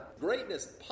greatness